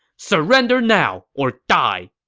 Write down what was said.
surrender now, or die!